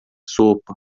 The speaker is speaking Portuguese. sopa